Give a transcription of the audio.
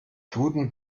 duden